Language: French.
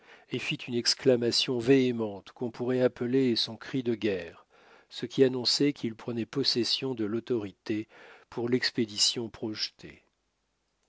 et fit une exclamation véhémente qu'on pourrait appeler son cri de guerre ce qui annonçait qu'il prenait possession de l'autorité pour l'expédition projetée